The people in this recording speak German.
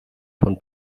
von